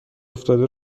افتاده